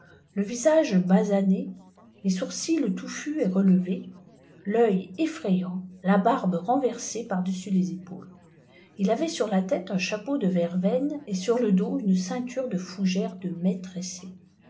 le visage basané les sourcils touffus et relevés tœil eutrayant la barbe reliversée par-dessus les épaules il avait sur la tête un chapeau de verveine et sur le dos une ceinture de fougère de